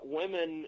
women